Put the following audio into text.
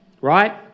Right